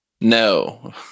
No